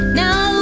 now